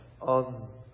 on